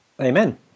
Amen